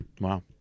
Wow